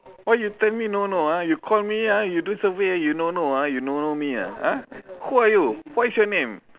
what you tell me no no ah you call me ah you do survey you no no ah you no no me ah !huh! who are you what is your name